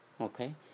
Okay